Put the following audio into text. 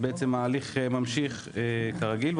ההליך ממשיך כרגיל.